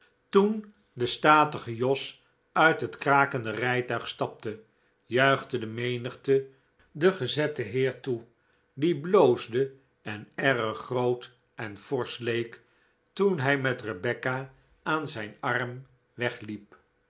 toen de statige jos uit het krakende rijtuig stapte juichte de menigte den gezetten heer toe die bloosde en erg groot en forsch leek toen hij met rebecca aan zijn arm wegliep